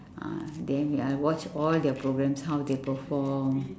ah then I watch all their programs how they perform